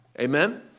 amen